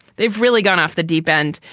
they've really gone off the deep end.